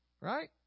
Right